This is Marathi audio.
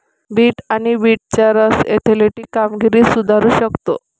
बीट आणि बीटचा रस ऍथलेटिक कामगिरी सुधारू शकतो